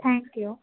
thank you